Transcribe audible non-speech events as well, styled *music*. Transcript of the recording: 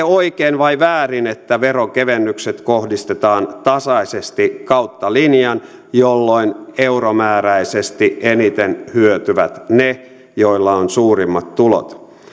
*unintelligible* oikein vai väärin että veronkevennykset kohdistetaan tasaisesti kautta linjan jolloin euromääräisesti eniten hyötyvät ne joilla on suurimmat tulot